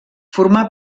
formà